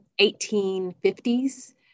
1850s